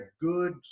good